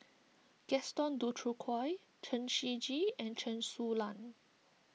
Gaston Dutronquoy Chen Shiji and Chen Su Lan